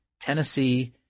Tennessee